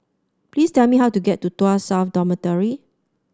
please tell me how to get to Tuas South Dormitory